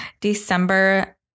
December